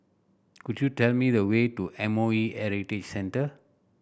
could you tell me the way to M O E Heritage Centre